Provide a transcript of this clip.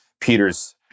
Peter's